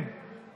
שלוש שנים?